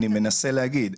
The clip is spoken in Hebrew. אני מנסה להגיד.